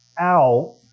out